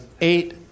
eight